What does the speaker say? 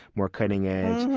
more cutting edge,